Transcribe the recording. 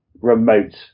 remote